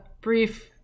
brief